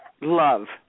love